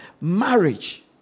Marriage